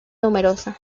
numerosa